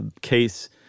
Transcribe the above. case